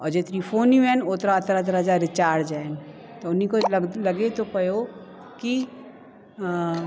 और जेतिरी फोनियू आहिनि ओतिरा ओतिरा तरह तरह जा रिचार्ज आहिनि त हुन खो ई लग लॻे थो पियो की